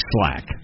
slack